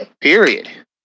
Period